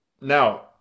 now